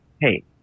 hey